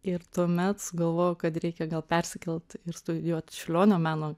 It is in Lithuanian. ir tuomet sugalvojau kad reikia gal persikelti ir studijuot čiurlionio meno